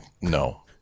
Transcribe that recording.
No